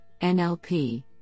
NLP